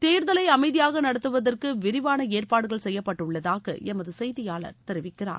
தேர்தலை அமைதியாக நடத்துவதற்கு விரிவான ஏற்பாடுகள் செய்யப்பட்டுள்ளதாக எமது செய்தியாளர் தெரிவிக்கிறார்